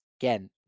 again